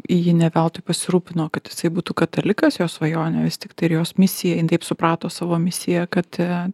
ji ne veltui pasirūpino kad jisai būtų katalikas jos svajonė vis tik tai ir jos misija jin taip suprato savo misiją kad